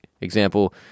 Example